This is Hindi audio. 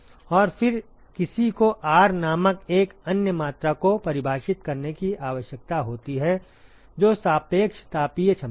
और फिर किसी को R नामक एक अन्य मात्रा को परिभाषित करने की आवश्यकता होती है जो सापेक्ष तापीय क्षमता है